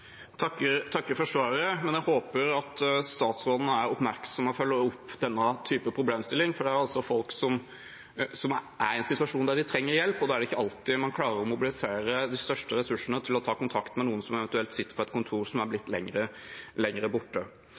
opp denne problemstillingen. Det gjelder folk som er i en situasjon der de trenger hjelp, og da er det ikke alltid man klarer å mobilisere de største ressursene til å ta kontakt med noen som eventuelt sitter på et kontor som er blitt lenger borte.